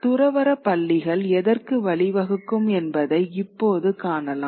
துறவற பள்ளிகள் எதற்கு வழிவகுக்கும் என்பதை இப்போது காணலாம்